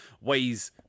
ways